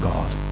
God